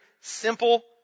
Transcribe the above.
simple